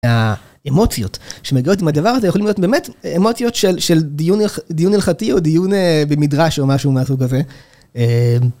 האמוציות שמגיעות מהדבר הזה יכול להיות באמת אמוציות של דיון הלכתי או דיון במדרש או משהו מהסוג הזה.